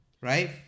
Right